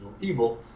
evil